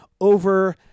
over